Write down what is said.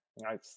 Nice